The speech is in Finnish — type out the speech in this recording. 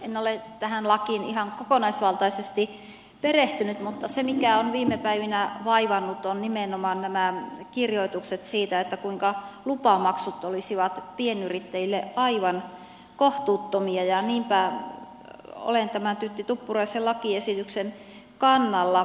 en ole tähän lakiin ihan kokonaisvaltaisesti perehtynyt mutta se mikä on viime päivinä vaivannut on nimenomaan nämä kirjoitukset siitä kuinka lupamaksut olisivat pienyrittäjille aivan kohtuuttomia ja niinpä olen tämän tytti tuppuraisen lakiesityksen kannalla